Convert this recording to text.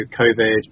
COVID